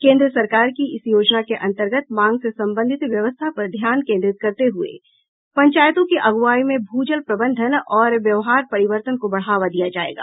केन्द्र सरकार की इस योजना के अन्तर्गत मांग से संबंधित व्यवस्था पर ध्यान केन्द्रित करते हुए पंचायतों की अगुवाई में भूजल प्रबंधन और व्यवहार परिवर्तन को बढ़ावा दिया जाएगा